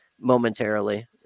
momentarily